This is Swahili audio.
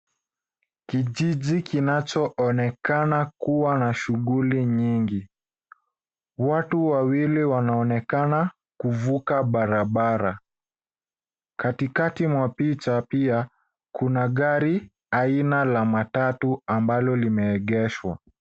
Kijiji kinachoonekana kuwa na shughuli nyingi. Watu wawili wanaonekana kuvuka barabara. Katikati mwa picha pia, kuna gari aina ya matatu ambalo limeegeshwa.